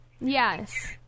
Yes